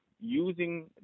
using